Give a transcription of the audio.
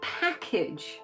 package